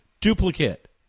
duplicate